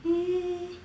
uh